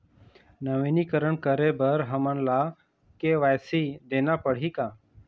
नवीनीकरण करे बर हमन ला के.वाई.सी देना पड़ही का?